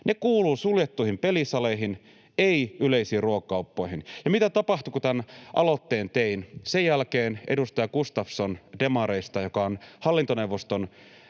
Ne kuuluvat suljettuihin pelisaleihin, eivät yleisiin ruokakauppoihin. Ja mitä tapahtui, kun tämän aloitteen tein: Sen jälkeen edustaja Gustafsson demareista, joka on Veikkauksen hallintoneuvoston